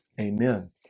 Amen